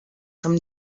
from